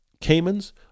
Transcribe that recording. Caymans